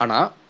Ana